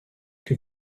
que